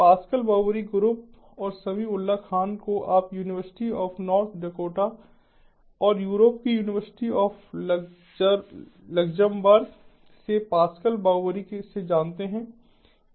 pascal Bouvry group और समी उल्लाह खान को आप यूनिवर्सिटी ऑफ नॉर्थ डकोटा और यूरोप के यूनिवर्सिटी ऑफ लक्जमबर्ग से पास्कल बाउवरी से जानते हैं